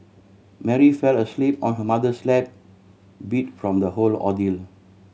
Mary fell asleep on her mother's lap beat from the whole ordeal